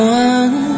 one